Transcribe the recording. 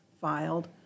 filed